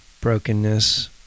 brokenness